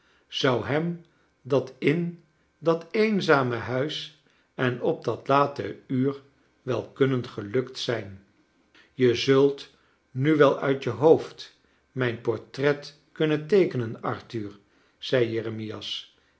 zou hem dat in dat eenzame huis en op dat late uur wel kunnen gelukt zijn je zult nu wel uit je hoofd mijn portret kunnen teekenen arthur zei jeremias